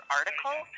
article